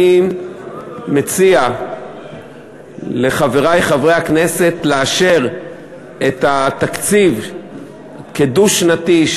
אני מציע לחברי חברי הכנסת לאשר את התקציב כדו-שנתי,